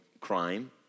crime